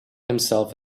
himself